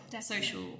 social